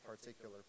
particular